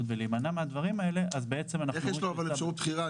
אז בעצם אנחנו --- איך יש לו אפשרות בחירה,